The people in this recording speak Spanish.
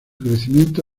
crecimiento